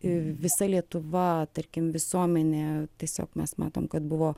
visa lietuva tarkim visuomenė tiesiog mes matom kad buvo